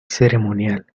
ceremonial